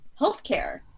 healthcare